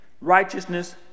Righteousness